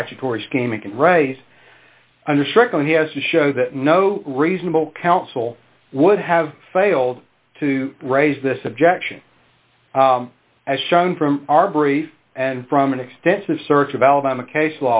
statutory scheme and race under strickland he has to show that no reasonable counsel would have failed to raise this objection as shown from our brief and from an extensive search of alabama case